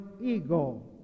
ego